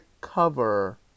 cover